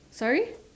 sorry